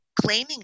claiming